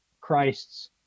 Christ's